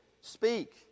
Speak